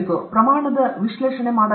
ನಾವು ಪ್ರಮಾಣದ ವಿಶ್ಲೇಷಣೆ ಮಾಡಬಹುದು